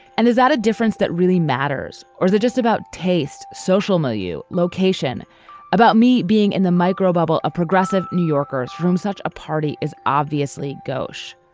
and is that a difference that really matters or is it just about taste social mildew location about me being in the micro bubble of progressive new yorkers from such a party is obviously gauche.